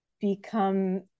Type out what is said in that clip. become